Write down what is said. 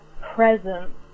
presence